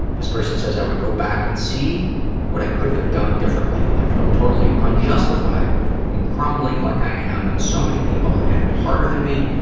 this person says, i would go back and see what i could have done differently. i feel totally unjustified in crumbling like i am when so many people have had it harder than me.